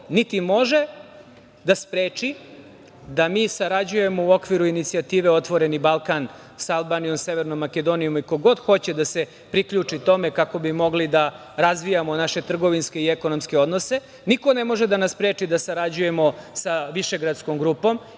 niti može da spreči da mi sarađujemo u okviru inicijative „Otvoreni Balkan“ sa Albanijom, Severnom Makedonijom i ko god hoće da se priključi tome kako bi mogli da razvijamo naše trgovinske i ekonomske odnose. Niko ne može da nas spreči da sarađujemo sa Višegradskom grupom,